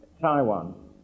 Taiwan